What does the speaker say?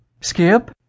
Skip